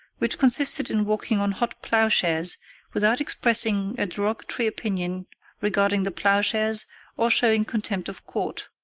which consisted in walking on hot ploughshares without expressing a derogatory opinion regarding the ploughshares or showing contempt of court.